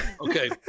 Okay